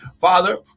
Father